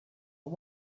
but